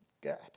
good